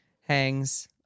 hangs